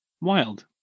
Wild